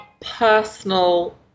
personal